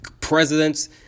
presidents